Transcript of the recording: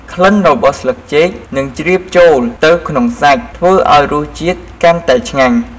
ក្លិនរបស់ស្លឹកចេកនឹងជ្រាបចូលទៅក្នុងសាច់ ធ្វើឱ្យរសជាតិកាន់តែឆ្ងាញ់។